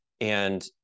And-